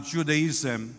Judaism